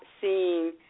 seeing